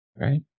Right